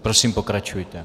Prosím, pokračujte.